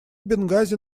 бенгази